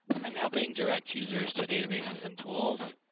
i'm helping direct users to databases and tools,